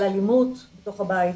על אלימות בתוך הבית.